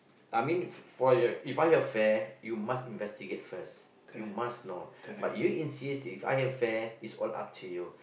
I mean for If I have affair you must investigate first you must know but you insist If I have affair is all up to you